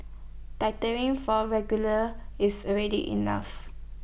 from regular is already enough